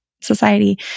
society